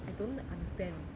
I don't understand